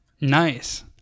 Nice